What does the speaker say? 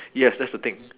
yes that's the thing